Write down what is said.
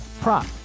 prop